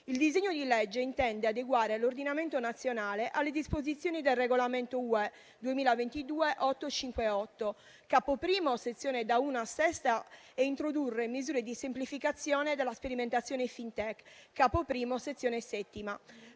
Il disegno di legge intende adeguare l'ordinamento nazionale alle disposizioni del regolamento UE 2022/858, Capo I, dalla prima alla sesta sezione, ed introdurre misure di semplificazione della sperimentazione FinTech, Capo I, Sezione VII.